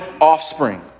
offspring